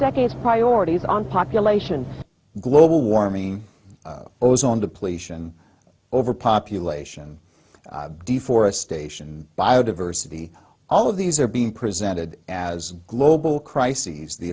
decades priorities on population global warming ozone depletion and overpopulation deforestation biodiversity all of these are being presented as global crises the